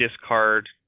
discard